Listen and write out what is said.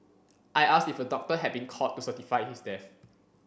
I asked if a doctor had been called to certify his death